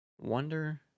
wonder